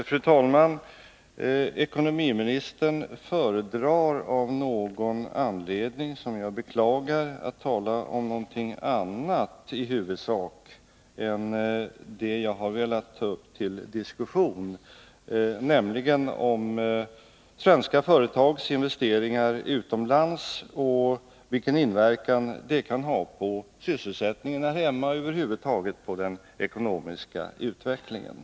Fru talman! Ekonomiministern föredrar av någon anledning — vilket jag beklagar — att i huvudsak tala om någonting annat än det som jag har velat ta upp till diskussion, nämligen vilken verkan svenska företags investeringar utomlands kan ha på sysselsättningen här hemma och över huvud taget på den ekonomiska utvecklingen.